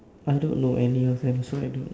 I don't know any of them so I don't